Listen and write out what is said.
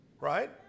Right